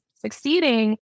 succeeding